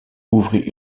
ouvrit